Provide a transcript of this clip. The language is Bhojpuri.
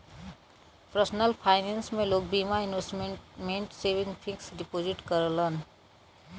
पर्सलन फाइनेंस में लोग बीमा, इन्वेसमटमेंट, सेविंग, फिक्स डिपोजिट करलन